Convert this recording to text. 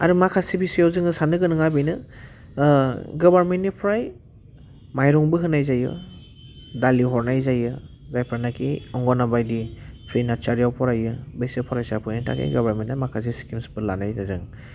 आरो माखासे बिसयआव जोङो साननो गोनाङा बेनो गभार्नमेन्टनिफ्राइ माइरंबो होनाय जायो दालि हरनाय जायो जायफ्रानाखि अंग'नाबायदि फ्रि नार्सारियाव फरायो बेसोर फरायसाफोरनि थाखाय गभार्नमेन्टआ माखासे स्किम्सफोर लानाय जादों